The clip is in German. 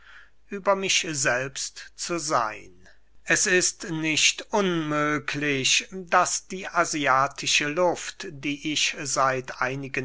über mich selbst zu seyn es ist nicht unmöglich daß die asiatische luft die ich seit einigen